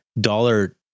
dollar